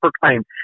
proclaimed